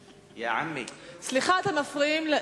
סליחה, אתם מפריעים.